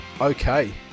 Okay